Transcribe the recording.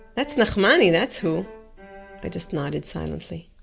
that's nachmani! that's who! i just nodded silently